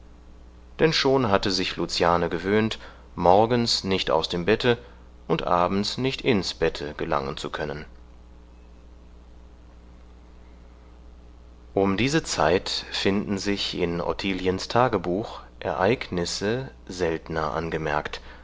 denn schon hatte sich luciane gewöhnt morgens nicht aus dem bette und abends nicht ins bette gelangen zu können um diese zeit finden sich in ottiliens tagebuch ereignisse seltner angemerkt